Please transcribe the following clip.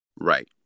Right